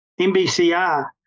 NBCI